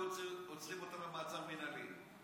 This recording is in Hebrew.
היו עוצרים אותם במעצר מינהלי.